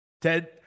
Ted